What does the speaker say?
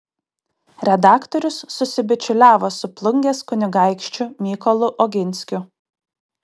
redaktorius susibičiuliavo su plungės kunigaikščiu mykolu oginskiu